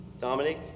Dominic